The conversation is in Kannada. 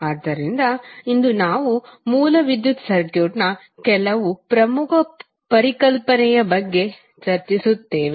ಆದ್ದರಿಂದ ಇಂದು ನಾವು ಮೂಲ ವಿದ್ಯುತ್ ಸರ್ಕ್ಯೂಟ್ನ ಕೆಲವು ಪ್ರಮುಖ ಪರಿಕಲ್ಪನೆಯ ಬಗ್ಗೆ ಚರ್ಚಿಸುತ್ತೇವೆ